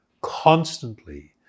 constantly